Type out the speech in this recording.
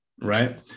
right